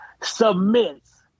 submits